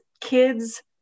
kids